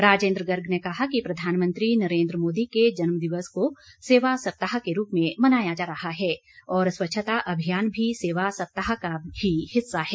राजेंद्र गर्ग ने कहा कि प्रधानमंत्री नरेंद्र मोदी के जन्मदिवस को सेवा सप्ताह के रूप में मनाया जा रहा है और स्वच्छता अभियान भी सेवा सप्ताह का ही हिस्सा है